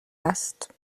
است